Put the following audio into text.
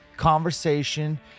Conversation